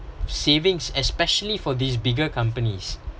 savings especially for these bigger companies